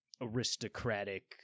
aristocratic